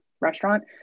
restaurant